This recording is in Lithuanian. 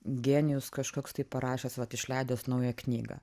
genijus kažkoks tai parašęs vat išleidęs naują knygą